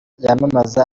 yamamaza